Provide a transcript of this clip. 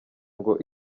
ngo